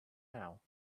now